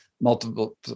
multiple